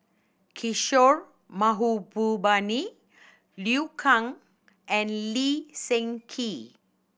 Kishore Mahbubani Liu Kang and Lee Seng Gee